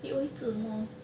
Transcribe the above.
he always 自摸